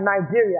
Nigeria